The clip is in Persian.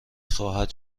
خواهد